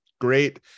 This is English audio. great